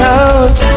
out